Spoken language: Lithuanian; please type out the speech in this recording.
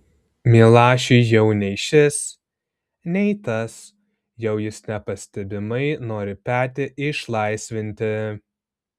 milašiui jau nei šis nei tas jau jis nepastebimai nori petį išlaisvinti